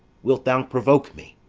wilt thou provoke me?